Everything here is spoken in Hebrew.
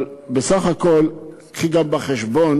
אבל בסך הכול הביאי גם בחשבון